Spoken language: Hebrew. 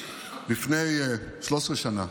לפני 13 שנה,